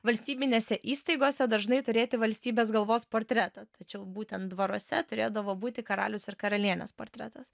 valstybinėse įstaigose dažnai turėti valstybės galvos portretą tačiau būtent dvaruose turėdavo būti karalius ir karalienės portretas